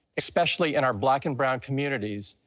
especially in our black and brown communities,